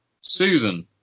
Susan